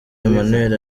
emmanuel